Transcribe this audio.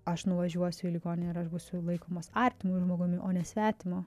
aš nuvažiuosiu į ligoninę ir aš būsiu laikomas artimu žmogumi o ne svetimu